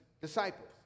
disciples